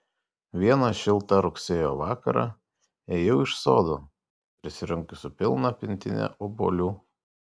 vieną šiltą rugsėjo vakarą ėjau iš sodo prisirinkusi pilną pintinę obuolių